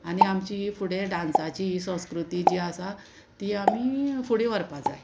आनी आमची फुडें डांसाची ही संस्कृती जी आसा ती आमी फुडें व्हरपा जाय